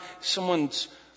someone's